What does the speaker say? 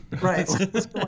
Right